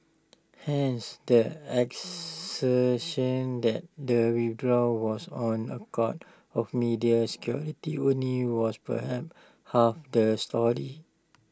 hence the assertion that the withdrawal was on account of media security only was perhaps half the story